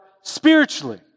spiritually